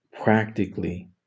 Practically